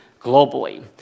globally